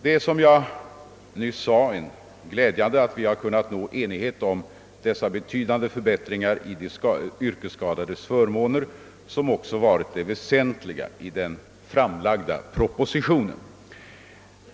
Det är som jag nyss sade glädjande att vi har kunnat nå enighet om dessa betydande förbättringar i de yrkesskadeförmåner, som också varit det väsentliga i den framlagda propositionen.